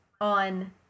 on